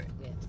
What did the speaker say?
Yes